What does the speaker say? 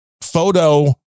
photo